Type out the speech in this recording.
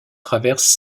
traversent